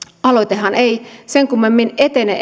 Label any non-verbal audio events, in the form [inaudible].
aloitehan ei sen kummemmin etene [unintelligible]